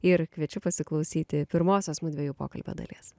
ir kviečiu pasiklausyti pirmosios mudviejų pokalbio dalies